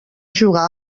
jugar